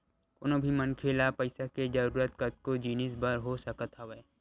कोनो भी मनखे ल पइसा के जरुरत कतको जिनिस बर हो सकत हवय